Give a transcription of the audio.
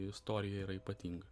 istorija yra ypatinga